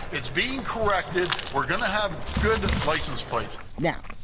it's being corrected we're going to have good license plates now,